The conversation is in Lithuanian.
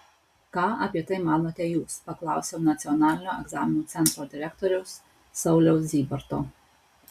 ką apie tai manote jūs paklausiau nacionalinio egzaminų centro direktoriaus sauliaus zybarto